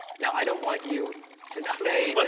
now i don't want you to ah say but